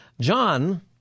John